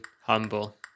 humble